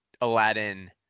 aladdin